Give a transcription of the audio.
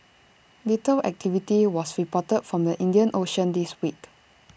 little activity was reporter from the Indian ocean this week